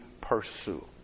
pursue